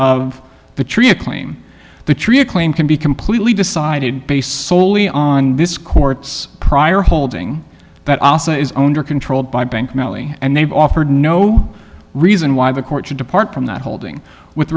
of the tree a claim the tree a claim can be completely decided based solely on this court's prior holding that is owned or controlled by bank and they've offered no reason why the court to depart from that holding with